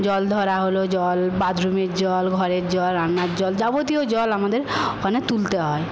জল ধরা হল জল বাথরুমের জল ঘরের জল রান্নার জল যাবতীয় জল আমাদের অনেক তুলতে হয়